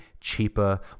cheaper